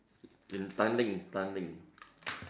in Tanglin Tanglin